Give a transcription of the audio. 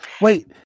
Wait